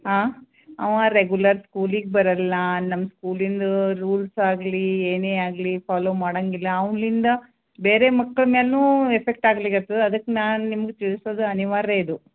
ಹಾಂ ಅವು ರೇಗುಲರ್ ಸ್ಕೂಲಿಗೆ ಬರೋಲ್ಲ ನಮ್ಮ ಸ್ಕೂಲಿಂದ ರೂಲ್ಸ್ ಆಗಲಿ ಏನೇ ಆಗಲಿ ಫಾಲೋ ಮಾಡೋಂಗಿಲ್ಲ ಅವ್ನಿಂದ ಬೇರೆ ಮಕ್ಕಳು ಮೇಲೂನು ಎಫೆಕ್ಟ್ ಆಗ್ಲಿಕ್ಕತ್ತದ ಅದ್ಕೆ ನಾನು ನಿಮ್ಗೆ ತಿಳ್ಸೋದು ಅನಿವಾರ್ಯ ಇದು